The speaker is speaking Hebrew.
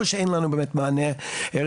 או שאין לנו באמת מענה ארץ-ישראלי.